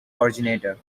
originator